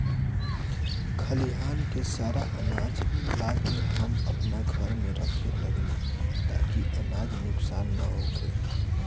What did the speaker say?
खलिहान से सारा आनाज ला के हम आपना घर में रखे लगनी ताकि अनाज नुक्सान ना होखे